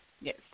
Yes